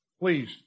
Please